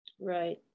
right